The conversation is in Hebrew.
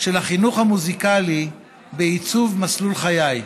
של החינוך המוזיקלי בעיצוב מסלול חיי.